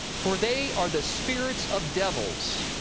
for they are the spirits of devils,